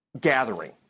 gathering